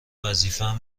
وظیفم